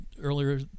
earlier